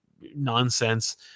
nonsense